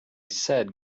said